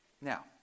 Now